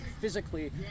physically